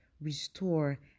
restore